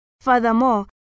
Furthermore